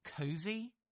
cozy